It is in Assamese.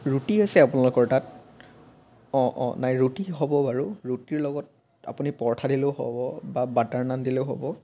ৰুটি আছে আপোনালোকৰ তাত অ অ নাই ৰুটি হ'ব বাৰু ৰুটিৰ লগত আপুনি পৰঠা দিলেও হ'ব বা বাটাৰ নান দিলেও হ'ব